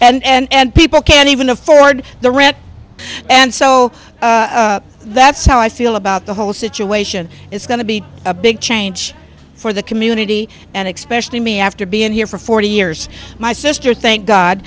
and people can't even afford the rent and so that's how i feel about the whole situation it's going to be a big change for the community and expression in me after being here for forty years my sister thank god